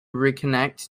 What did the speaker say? reconnect